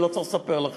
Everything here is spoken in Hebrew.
אני לא צריך לספר לכם,